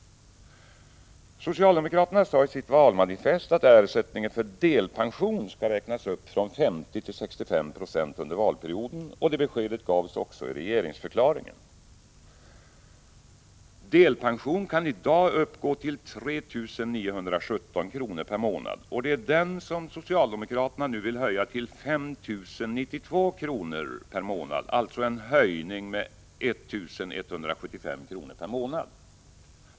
Socialdemokraterna sade i sitt valmanifest att ersättningen för delpension skall räknas upp från 50 till 65 96 under valperioden, och det beskedet gavs också i regeringsförklaringen. Delpensionen kan i dag uppgå till 3 917 kr. per månad. Den vill socialdemokraterna nu höja till 5 092 kr. per månad, en höjning med 1 175 kr. per månad.